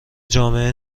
جامعه